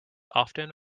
often